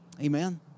Amen